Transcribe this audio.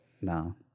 No